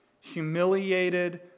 humiliated